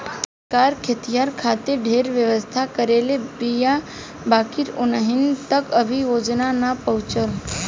सरकार खेतिहर खातिर ढेरे व्यवस्था करले बीया बाकिर ओहनि तक अभी योजना ना पहुचल